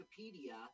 Wikipedia